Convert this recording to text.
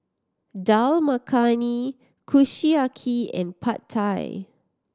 Dal Makhani Kushiyaki and Pad Thai